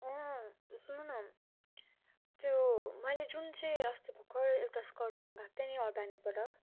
अँ सुन्नु न त्यो मैले जुन चाहिँ अस्ति भर्खर एउटा स्कट मगाएको थिएँ नि अर्बानिकबाट